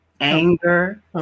anger